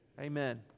Amen